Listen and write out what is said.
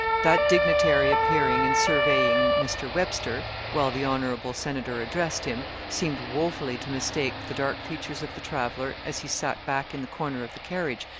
that dignitary appearing, and surveying mr. webster, while the hon. senator addressed him, seemed woefully to mistake the dark features of the traveller as he sat back in the corner of the carriage,